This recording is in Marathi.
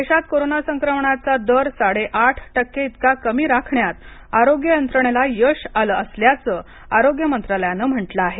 देशात कोरोना संक्रमाणाचा दर साडेआठ टक्के इतका कमी राखण्यात आरोग्य यंत्रणेला यश आलं असल्याच आरोग्य मंत्रालयानं म्हटलं आहे